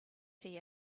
city